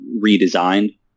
redesigned